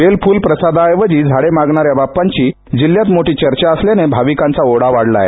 bell फुल प्रसाद ऐवजी झाड मागणाऱ्या बाप्पाची जिल्ह्यात मोठी चर्चा सुरू झाल्याने भाविकांचा ओढा वाढलाय